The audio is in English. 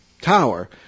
tower